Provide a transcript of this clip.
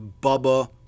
Bubba